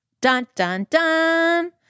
Dun-dun-dun